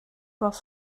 was